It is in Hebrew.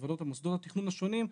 בוועדות של מוסדות התכנון השונים,